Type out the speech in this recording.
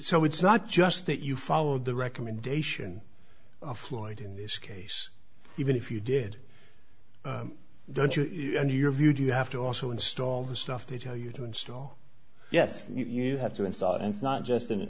so it's not just that you followed the recommendation of floyd in this case even if you did don't you and your view do you have to also install the stuff they tell you to install yes you have to install it and it's not just